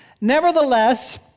Nevertheless